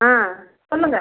ஆ சொல்லுங்கள்